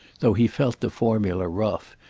though he felt the formula rough,